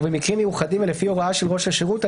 ובמקרים מיוחדים ולפי הוראה של ראש השירות,